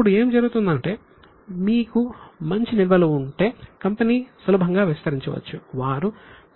ఇప్పుడు ఏమి జరుగుతుందంటే మీకు మంచి నిల్వలు ఉంటే కంపెనీ సులభంగా విస్తరించవచ్చు వారు